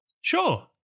Sure